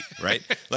right